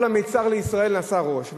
כל המצר לישראל נעשה ראש,